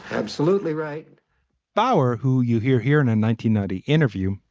absolutely right bower, who you hear here and ninety ninety interview,